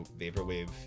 vaporwave